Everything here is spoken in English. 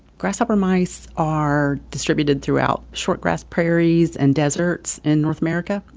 grasshopper mice are distributed throughout short grass prairies and deserts in north america.